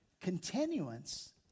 Continuance